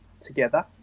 together